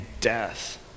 death